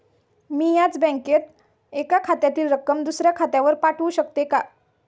मी याच बँकेत एका खात्यातील रक्कम दुसऱ्या खात्यावर पाठवू शकते का?